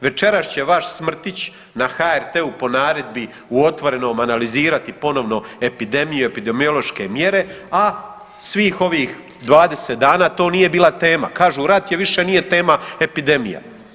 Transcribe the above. Večeras će vaš Smrtić na HRT-u po naredbi u Otvorenom analizirati ponovno epidemije, epidemiološke mjere a svih ovih 20 dana to nije bila tema, kažu rat je, više nije tema epidemije.